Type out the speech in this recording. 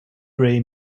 gray